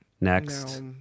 next